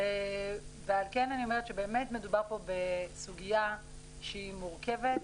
ועל כן אני אומרת שבאמת מדובר פה בסוגיה שהיא מורכבת.